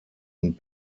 und